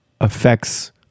affects